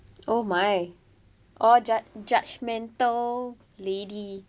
oh my oh judge judgemental lady